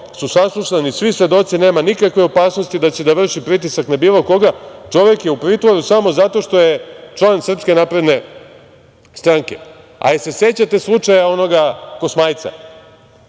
su saslušani svi svedoci, nema nikakve opasnosti da će da vrši pritisak na bilo koga, čovek je u pritvoru samo zato što je član SNS. A da li se sećate slučaja onoga Kosmajca?